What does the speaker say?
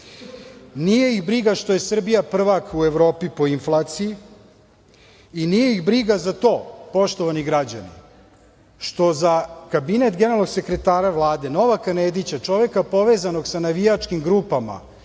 Nije ih briga što je Srbija prvak u Evropi po inflaciji i nije ih briga za to, poštovani građani, što za Kabinet generalnog sekretara Vlade, Novaka Nedića, čoveka povezanog sa navijačkim grupama